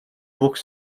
books